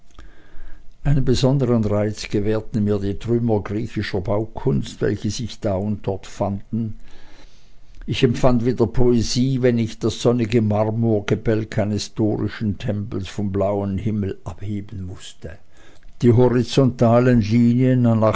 einen besondern reiz gewährten mir die trümmer griechischer baukunst welche sich da und dort fanden ich empfand wieder poesie wenn ich das sonnige marmorgebälke eines dorischen tempels vom blauen himmel abheben mußte die horizontalen